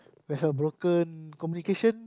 will have broken communication